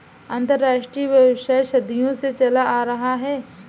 अंतरराष्ट्रीय व्यापार सदियों से चला आ रहा है